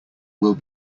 will